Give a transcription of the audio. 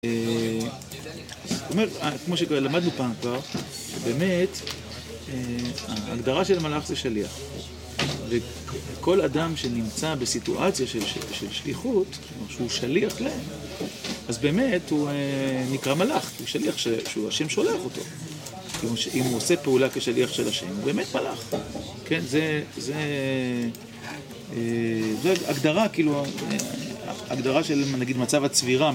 זאת אומרת, כמו שלמדנו פעם כבר, שבאמת ההגדרה של מלאך זה שליח וכל אדם שנמצא בסיטואציה של שליחות, שהוא שליח ל... אז באמת הוא נקרא מלאך, הוא שליח, השם שולח אותו אם הוא עושה פעולה כשליח של השם, הוא באמת מלאך. כן כן זה.זו ההגדרה ההגדרה של מצב הצבירה